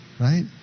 right